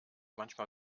manchmal